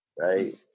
Right